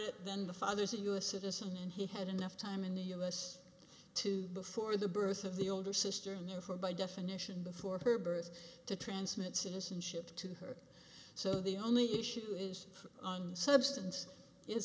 it then the father's a us citizen and he had enough time in the us to before the birth of the older sister and therefore by definition before her birth to transmit citizenship to her so the only issue is on substance is